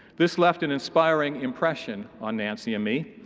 this left an inspiring impression on nancy and me.